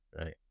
right